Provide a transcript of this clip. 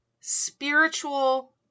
spiritual